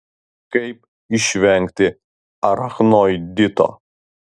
kaip išvengti arachnoidito